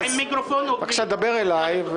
בבקשה תדבר אליי.